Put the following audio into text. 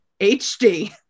HD